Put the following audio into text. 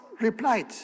replied